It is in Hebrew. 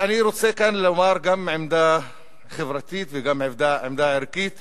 אבל אני רוצה לומר כאן גם עמדה חברתית וגם עמדה ערכית